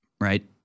right